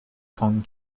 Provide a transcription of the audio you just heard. kong